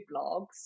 blogs